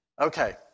Okay